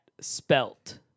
spelt